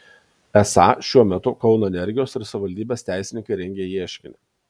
esą šiuo metu kauno energijos ir savivaldybės teisininkai rengia ieškinį